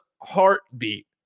heartbeat